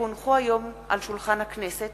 כי הונחו היום על שולחן הכנסת,